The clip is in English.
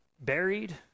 buried